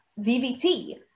VVT